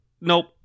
Nope